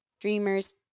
dreamers